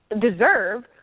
deserve